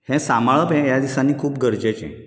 हें सांबाळप हें ह्या दिसांनी खूब गरजेचें